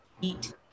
Eat